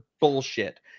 bullshit